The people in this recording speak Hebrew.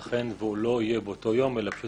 ייתכן שהוא לא יהיה באותו יום אלא פשוט